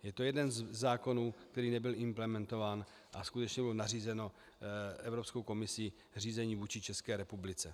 Je to jeden ze zákonů, který nebyl implementován, a skutečně bylo nařízeno Evropskou komisí řízení vůči České republice.